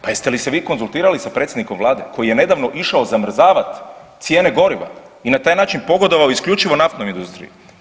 Pa jeste li se vi konzultirali sa predsjednikom Vlade koji je nedavno išao zamrzavati cijene goriva i na taj način pogodovao isključivo naftnoj industriji.